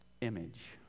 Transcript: image